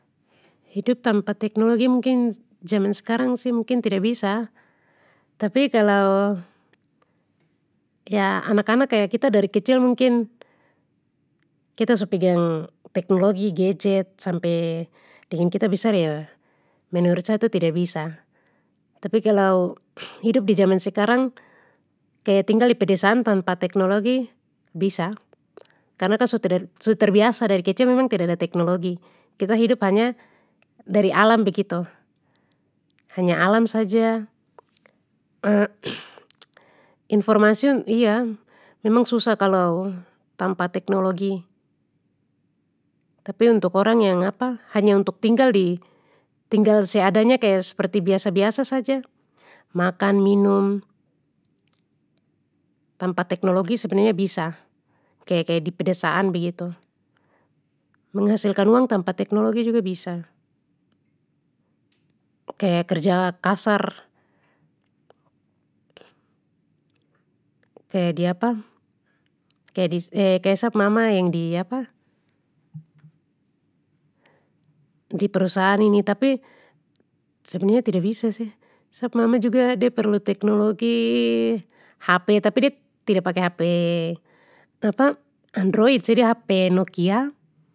Hidup tanpa teknologi mungkin jaman skarang sih mungkin tida bisa, tapi kalo, ya anak anak kaya kita dari kecil mungkin, kita su pegang teknologi gadget sampe dengan kita besar ya menurut sa itu tida bisa. Tapi kalau hidup di jaman sekarang kaya tinggal di pedesaan tanpa teknologi bisa, karna kan su ter-su terbiasa dari kecil memang tidada teknologi kita hidup hanya dari alam begitu, hanya alam saja informasi iya memang susah kalau tanpa teknologi, tapi untuk orang yang hanya untuk tinggal di, tinggal seadanya kaya sperti biasa biasa saja, makan minum. Tanpa teknologi sebenarnya bisa, kaya kaya di pedesaan begitu, menghasilkan uang tanpa teknologi juga. Kaya kerja kasar. Kaya di kaya di kaya sap mama yang di di perusahaan ini tapi sebenarnya tida bisa sih sap mama juga de perlu teknologi HP tapi de tida pake HP android sih de HP nokia.